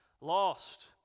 lost